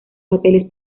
papeles